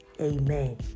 Amen